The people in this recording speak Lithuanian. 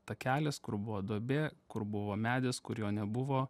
takelis kur buvo duobė kur buvo medis kur jo nebuvo